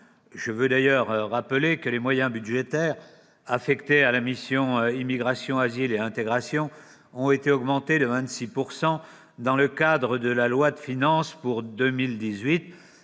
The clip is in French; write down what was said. Je rappelle à ce titre que les moyens budgétaires affectés à la mission « Immigration, asile et intégration » ont été augmentés de 26 % dans le cadre de la loi de finances pour 2018